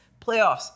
Playoffs